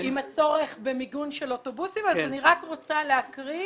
עם הצורך במיגון של אוטובוסים, אני רק רוצה להקריא